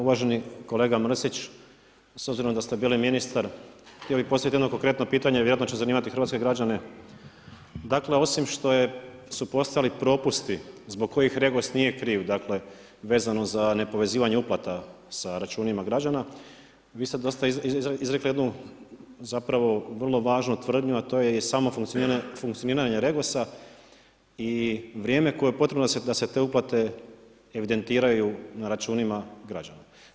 Uvaženi kolega Mrsić, s obzirom da ste bili ministar, htio bi postaviti jedno konkretno pitanje, vjerovatno će zanimati hrvatske građane, dakle osim što su postojali propusti zbog kojih REGOS nije kriv, dakle vezano za nepovezivanje uplata sa računima građana, vi ste dosta izrekli jednu vrlo važnu tvrdnju a to je samo funkcioniranje REGOS-a i vrijeme koje je potrebno da sete uplate evidentiraju na računima građana.